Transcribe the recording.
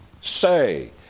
say